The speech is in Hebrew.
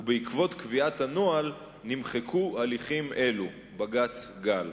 ובעקבות קביעת הנוהל נמחקו הליכים אלה בג"ץ גל.